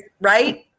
Right